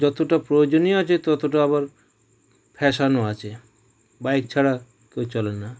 যতোটা প্রয়োজনীয় আছে ততটা আবার ফ্যাশানও আছে বাইক ছাড়া কেউ চলে না